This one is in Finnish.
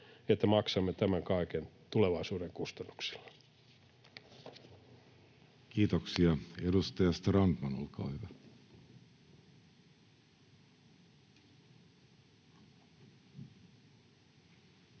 että maksamme tämän kaiken tulevaisuuden kustannuksilla? Kiitoksia. — Edustaja Strandman, olkaa hyvä. Arvoisa